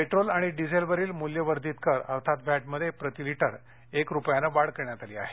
petrol आणि डिझेलवरील मूल्यवर्धित कर अर्थात व्हॅटमध्ये प्रती लीटर एक रुपयाने वाढ करण्यात आली आहे